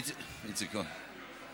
איציק כהן.